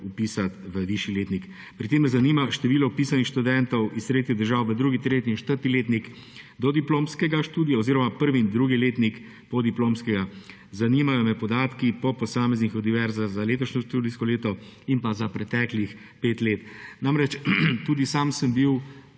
vpisati v višji letnik? Pri tem me zanima število vpisanih študentov iz tretjih držav v drugi, tretji in četrti letnik dodiplomskega študija oziroma v prvi in drugi letnik podiplomskega. Zanimajo me podatki po posameznih univerzah za letošnje študijsko leto in za preteklih pet let. Namreč tudi sam sem bil